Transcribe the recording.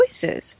choices